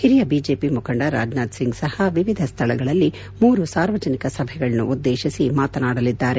ಹಿರಿಯ ಬಿಜೆಪಿ ಮುಖಂಡ ರಾಜ್ನಾಥ್ ಸಿಂಗ್ ಸಹ ವಿವಿಧ ಸ್ಥಳಗಳಲ್ಲಿ ಮೂರು ಸಾರ್ವಜನಿಕ ಸಭೆಗಳನ್ನು ಉದ್ದೇಶಿಸಿ ಮಾತನಾಡಲಿದ್ದಾರೆ